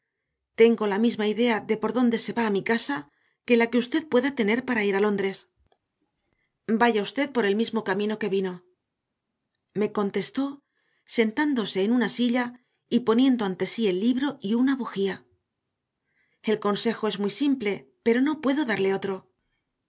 tengo la misma idea de por dónde se va a mi casa que la que usted pueda tener para ir a londres vaya usted por el mismo camino que vino me contestó sentándose en una silla y poniendo ante sí el libro y una bujía el consejo es muy simple pero no puedo darle otro